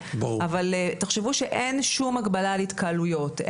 אבל תחשבו שאין שום הגבלה על התקהלויות,